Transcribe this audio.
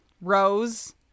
Rose